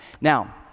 Now